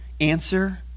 Answer